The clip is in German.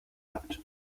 habt